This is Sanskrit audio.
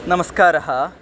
नमस्कारः